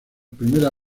primera